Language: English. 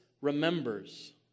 remembers